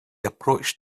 approached